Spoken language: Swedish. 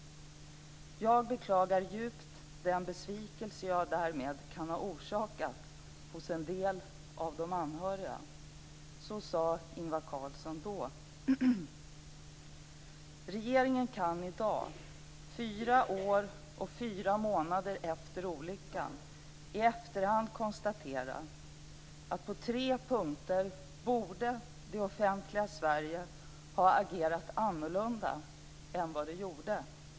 Jag beklagar djupt den besvikelse jag därmed kan ha orsakat hos en del av de anhöriga." Så sade Ingvar Regeringen kan i dag, fyra år och fyra månader efter olyckan, i efterhand konstatera att på tre punkter borde det offentliga Sverige ha agerat annorlunda än vad det gjorde.